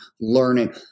learning